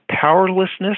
powerlessness